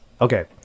okay